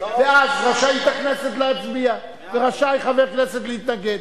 ואז רשאית הכנסת להצביע ורשאי חבר כנסת להתנגד.